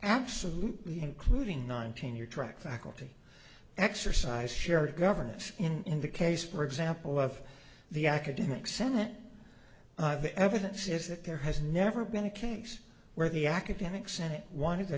absolutely including nineteen your track faculty exercise shared governess in the case for example of the academic senate the evidence is that there has never been a case where the academic senate wanted